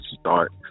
start